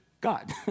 God